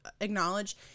acknowledge